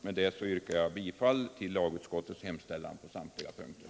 Med det anförda yrkar jag bifall till lagutskottets hemställan på samtliga punkter.